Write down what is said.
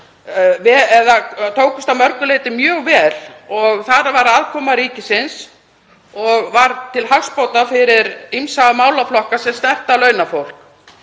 tókust að mörgu leyti mjög vel og þar var aðkoma ríkisins til hagsbóta fyrir ýmsa málaflokka sem snerta launafólk.